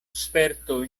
sperto